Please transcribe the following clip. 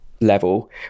level